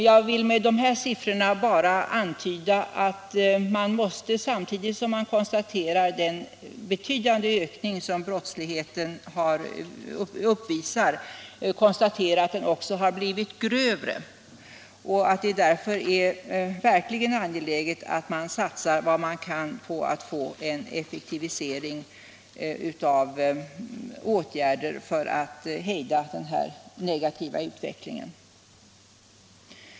Jag vill med de här siffrorna bara antyda att man, samtidigt som man konstaterar den betydande ökning som brottsligheten uppvisar, också måste konstatera att den har blivit grövre. Det är därför verkligen angeläget att satsa vad man kan på en effektivisering av åtgärder för att hejda den negativa utvecklingen.